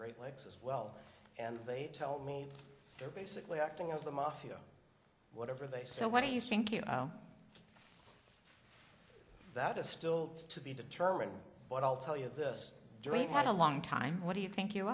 great lakes as well and they tell me they're basically acting as the mafia whatever they so what do you think you know that is still to be determined but i'll tell you this dream had a long time what do you think you